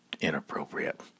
inappropriate